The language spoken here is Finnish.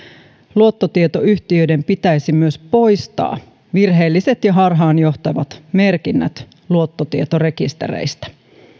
luottotietoyhtiöiden pitäisi myös poistaa virheelliset ja harhaanjohtavat merkinnät luottotietorekistereistä